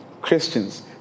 Christians